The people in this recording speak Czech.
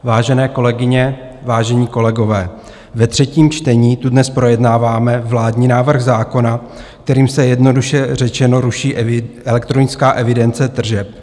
Vážené kolegyně, vážení kolegové, ve třetím čtení dnes projednáváme vládní návrh zákona, kterým se jednoduše řečeno ruší elektronická evidence tržeb.